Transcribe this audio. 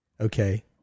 Okay